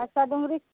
ᱦᱟᱥᱟᱰᱩᱝᱨᱤ